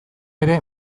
ere